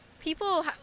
people